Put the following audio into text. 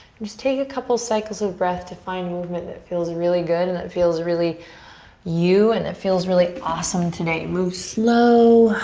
just take a couple cycles of breath to find movement that feels really good and that feels really you and that feels really awesome today. move slow.